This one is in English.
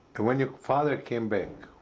and when your father came back,